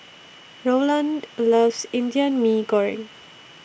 Rowland loves Indian Mee Goreng